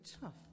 tough